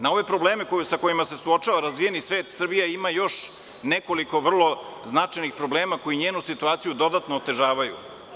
Na ove probleme sa kojima se suočava razvijeni svet Srbija ima još nekoliko vrlo značajnih problema koje njenu situaciju dodatno otežavaju.